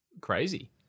Crazy